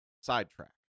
Sidetrack